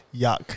Yuck